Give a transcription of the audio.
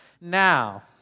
Now